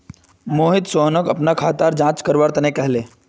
मोहित सोहनक अपनार खाताक जांच करवा तने कहले